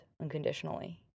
unconditionally